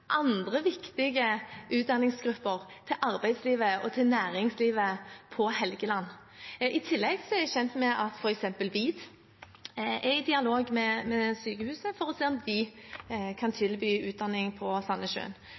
andre viktige utdanningsgrupper til arbeidslivet og til næringslivet på Helgeland. I tillegg er jeg kjent med at f.eks. VIT er i dialog med sykehuset for å se om de kan tilby utdanning på